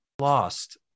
lost